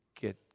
get